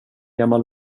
gammal